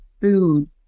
food